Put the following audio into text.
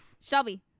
Shelby